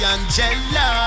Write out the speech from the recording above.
Angela